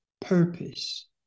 purpose